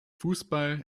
fußball